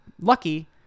Lucky